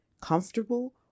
comfortable